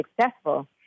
successful